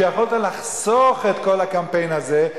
שיכולת לחסוך את כל הקמפיין הזה,